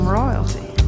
royalty